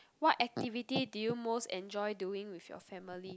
what activity do you most enjoy doing with your family